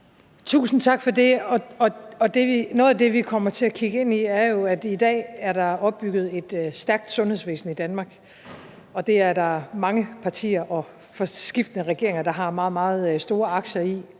Tusind tak for det. Noget af det, vi kommer til at kigge ind i, er jo, at der i dag er opbygget et stærkt sundhedsvæsen i Danmark, og det er der mange partier og skiftende regeringer der har meget, meget store aktier i,